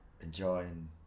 enjoying